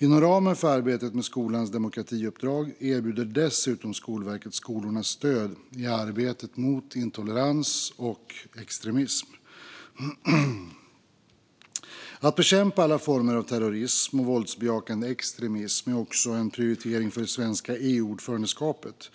Inom ramen för arbetet med skolans demokratiuppdrag erbjuder dessutom Skolverket skolorna stöd i arbetet mot intolerans och extremism. Att bekämpa alla former av terrorism och våldsbejakande extremism är också en prioritering för det svenska EU-ordförandeskapet.